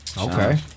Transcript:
Okay